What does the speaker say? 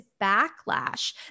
backlash